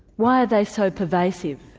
why are they so pervasive?